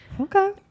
okay